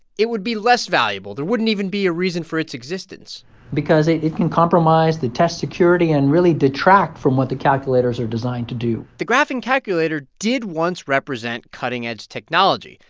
it would be less valuable. there wouldn't even be a reason for its existence because it it could compromise the test security and really detract from what the calculators are designed to do the graphing calculator did once represent cutting-edge technology.